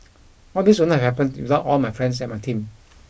all this would not have happened without all my friends and my team